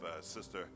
Sister